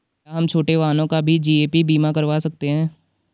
क्या हम छोटे वाहनों का भी जी.ए.पी बीमा करवा सकते हैं?